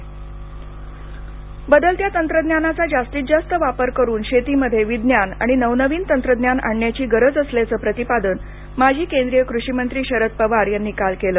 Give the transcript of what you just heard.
शेती तंत्रज्ञान शरद पवार बदलत्या तंत्रज्ञानाचा जास्तीत जास्त वापर करून शेतीमध्ये विज्ञान आणि नवनवीन तंत्रज्ञान आणण्याची गरज असल्याचं प्रतिपादन माजी केंद्रीय कृषिनंत्री शरद पवार यांनी काल केलं